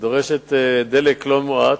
דורש דלק לא מועט.